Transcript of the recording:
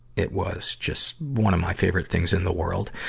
it was just one of my favorite things in the world.